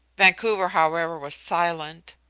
vancouver, however, was silent.